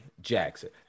Jackson